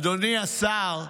אדוני השר,